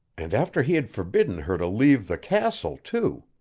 and after he had forbidden her to leave the castle too!